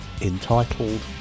entitled